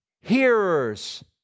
hearers